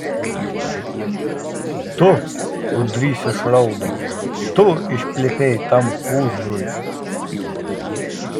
tu ūdrys išraudo tu išplepėjai tam pūzrui